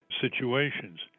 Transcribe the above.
situations